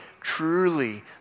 truly